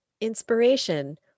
Inspiration